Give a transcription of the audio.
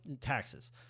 taxes